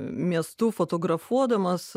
miestu fotografuodamas